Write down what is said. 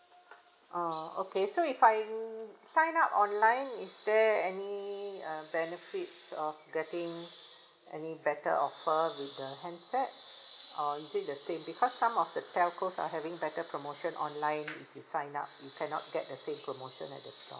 oh okay so if I'm sign up online is there any uh benefits of getting any better offer with the handset or is it the same because some of telcos are having better promotion online if you sign you cannot get the same promotion at the store